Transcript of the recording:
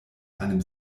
einem